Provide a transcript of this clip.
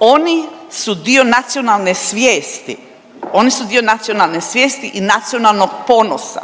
oni su dio nacionalne svijesti i nacionalnog ponosa.